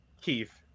Keith